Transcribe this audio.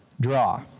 Draw